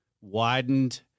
widened